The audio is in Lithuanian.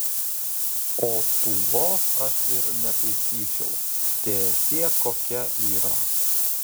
o tūlos aš ir netaisyčiau teesie kokia yra